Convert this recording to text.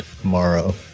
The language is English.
tomorrow